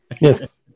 Yes